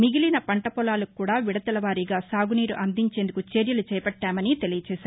మిగిలిన పంట పొలాలకు కూడా విడతల వారీగా సాగునీరు అందించేందుకు చర్యలు చేపట్టామని తెలియచేశారు